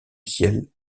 ciel